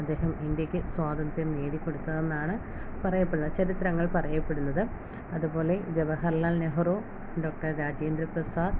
ഇന്ത്യയ്ക്ക് സ്വാതന്ത്ര്യം നേടിക്കൊടുത്തത് എന്നാണ് പറയപ്പെടുന്നത് ചരിത്രങ്ങൾ പറയപ്പെടുന്നത് അതുപോലെ ജവഹർലാൽ നെഹ്റു ഡോക്ടർ രാജേന്ദ്ര പ്രസാദ്